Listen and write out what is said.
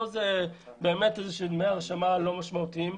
פה זה דמי הרשמה לא משמעותיים.